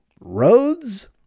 roads